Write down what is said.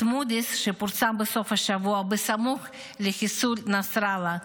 מודי'ס שפורסם בסוף השבוע סמוך לחיסול נסראללה,